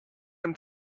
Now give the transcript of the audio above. him